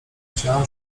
chciałem